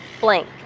blank